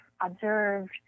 observed